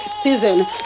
season